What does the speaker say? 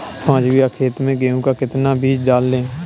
पाँच बीघा खेत में गेहूँ का कितना बीज डालें?